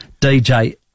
DJ